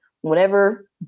whenever